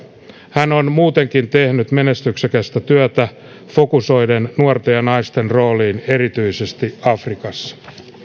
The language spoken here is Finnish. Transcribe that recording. hän on muutenkin tehnyt menestyksestä työtä fokusoiden nuorten ja naisten rooliin erityisesti afrikassa